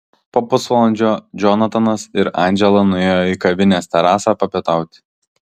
po pusvalandžio džonatanas ir andžela nuėjo į kavinės terasą papietauti